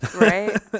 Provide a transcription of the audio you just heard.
Right